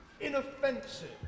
inoffensive